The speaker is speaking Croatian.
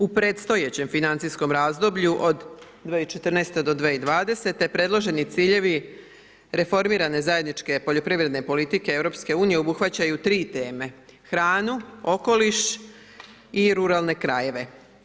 U predstojećem financijskom razdoblju od 2014. do 2020. predloženi ciljevi reformirane zajedničke poljoprivredne politike EU-a obuhvaćaju 3 teme, hranu, okoliš i ruralne krajeve.